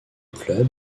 club